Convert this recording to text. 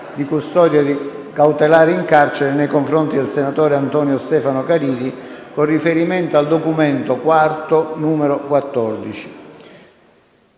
di custodia cautelare in carcere nei confronti del senatore Antonio Stefano Caridi, con riferimento al documento IV, n. 14.